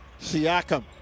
Siakam